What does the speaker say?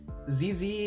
ZZ